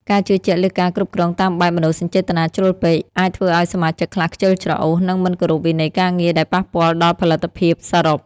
ការជឿជាក់លើការគ្រប់គ្រងតាមបែបមនោសញ្ចេតនាជ្រុលពេក អាចធ្វើឱ្យសមាជិកខ្លះខ្ជិលច្រអូស និងមិនគោរពវិន័យការងារ ដែលប៉ះពាល់ដល់ផលិតភាពសរុប។